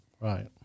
Right